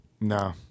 No